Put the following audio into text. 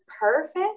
perfect